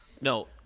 no